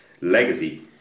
Legacy